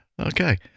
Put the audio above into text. Okay